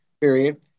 period